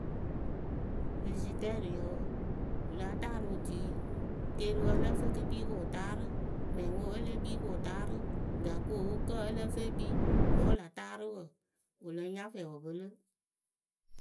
Fizidɛrɩyǝ wǝǝ wɨ láa taarɨ otui keeriwǝ ǝ lǝ́ǝ fɨ e ke kpii kɨ wɨ taarɨ mɛŋwǝ o e lée kpii kɨ wɨtaarɨ gakoo kǝ́ ǝ lǝ́ǝ fǝj ekpii vǝ́ wɨ la taarɨ wǝǝ wɨ lɨŋ nya fɛɛ wɨ pɨlɨ.